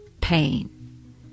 pain